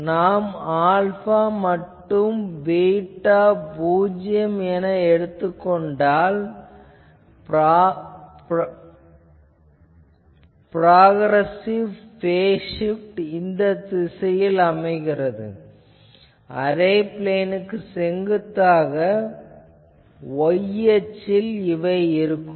மேலும் நாம் ஆல்பா மற்றும் பீட்டா பூஜ்யம் எனக் கொண்டால் ப்ராக்ரெசிவ் பேஸ் ஷிப்ட் இந்தத் திசையில் அரே பிளேனுக்கு செங்குத்தாக y அச்சில் இருக்கும்